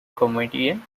comedian